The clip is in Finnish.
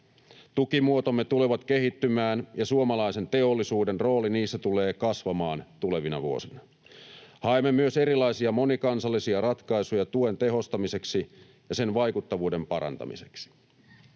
Tukimuotomme tulevat kehittymään, ja suomalaisen teollisuuden rooli niissä tulee kasvamaan tulevina vuosina. Haemme myös erilaisia monikansallisia ratkaisuja tuen tehostamiseksi ja sen vaikuttavuuden parantamiseksi.